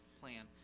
plan